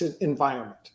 environment